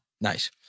Nice